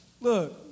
look